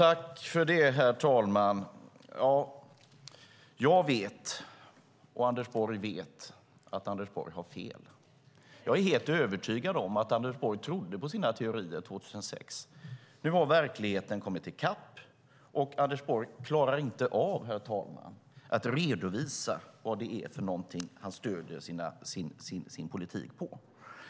Herr talman! Jag vet och Anders Borg vet att Anders Borg har fel. Jag är helt övertygad om att Anders Borg trodde på sina teorier 2006. Nu har verkligheten kommit i kapp, och Anders Borg klarar inte av, herr talman, att redovisa vad det är han stöder sin politik på.